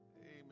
Amen